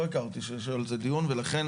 לא הכרתי שיש על זה דיון ולכן